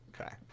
Okay